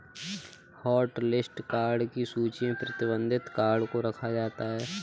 hotlist card की सूची में प्रतिबंधित कार्ड को रखा जाता है